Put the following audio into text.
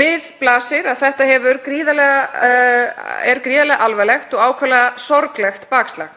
Við blasir að þetta er gríðarlega alvarlegt og ákaflega sorglegt bakslag.